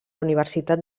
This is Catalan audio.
universitat